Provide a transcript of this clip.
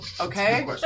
Okay